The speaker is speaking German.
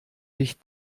dich